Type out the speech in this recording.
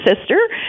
sister